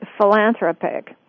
philanthropic